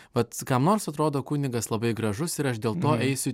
vats kam nors atrodo kunigas labai gražus ir aš dėl to eisiu